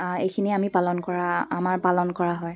এইখিনিয়ে আমি পালন কৰা আমাৰ পালন কৰা হয়